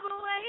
away